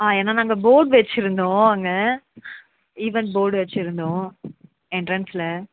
ஆ ஏன்னால் நாங்கள் போர்ட் வச்சுருந்தோம் அங்கே ஈவென்ட் போர்டு வச்சுருந்தோம் என்ட்ரன்ஸ்சில்